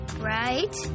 Right